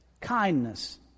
kindness